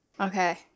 Okay